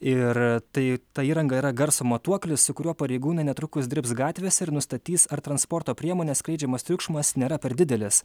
ir tai ta įranga yra garso matuoklis su kuriuo pareigūnai netrukus dirbs gatvėse ir nustatys ar transporto priemonės skleidžiamas triukšmas nėra per didelis